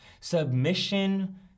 Submission